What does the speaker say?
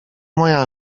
moja